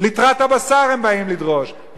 ליטרת הבשר הם באים לדרוש.